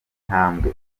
intambwe